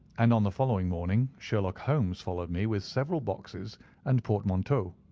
and on the following morning sherlock holmes followed me with several boxes and portmanteaus. so